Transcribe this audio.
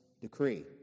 decree